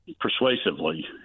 persuasively